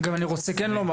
אגב אני רוצה כן לומר,